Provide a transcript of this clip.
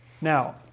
Now